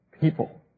people